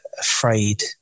afraid